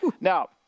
Now